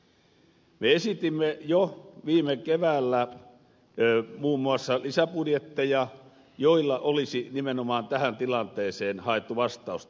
me esitimme jo viime keväänä muun muassa lisäbudjetteja joilla olisi nimenomaan tähän tilanteeseen haettu vastausta